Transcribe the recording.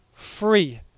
free